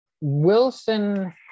Wilson